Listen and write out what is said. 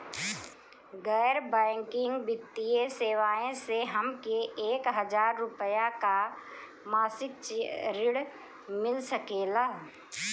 गैर बैंकिंग वित्तीय सेवाएं से हमके एक हज़ार रुपया क मासिक ऋण मिल सकेला?